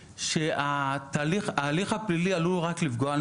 וההליך הפלילי רק עלול לפגוע במשפחה,